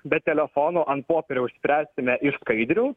be telefonų ant popieriaus spręsime iš skaidrių